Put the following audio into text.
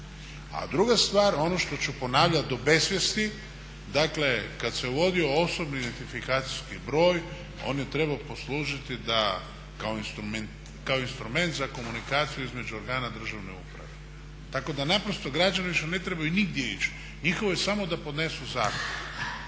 A druga stvar, ono što ću ponavljati do besvijesti, dakle kada se uvodio osobni identifikacijski broj, on je trebao poslužiti kao instrument za komunikaciju između organa državne uprave. Tako da naprosto građani više ne trebaju nigdje ići. Njihovo je samo da podnesu zahtjev